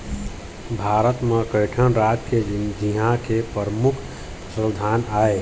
भारत म कइठन राज हे जिंहा के परमुख फसल धान आय